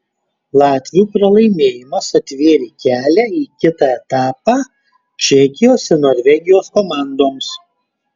latvių pralaimėjimas atvėrė kelią į kitą etapą čekijos ir norvegijos komandoms